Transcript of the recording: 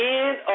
end